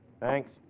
Thanks